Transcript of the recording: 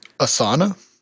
Asana